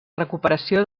recuperació